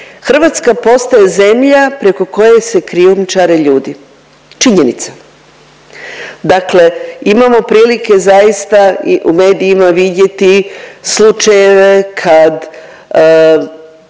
Hrvatska postaje zemlja preko koje se krijumčare ljudi, činjenica. Dakle, imamo prilike zaista u medijima vidjeti slučajeve kad